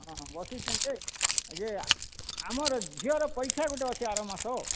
ହଁ ହଁ ବସିଛନ୍ ଯେ ଯେ ଆମର୍ ଝିଅର ପରୀକ୍ଷା ଗୋଟେ ଅଛି ଆର ମାସ